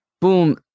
Boom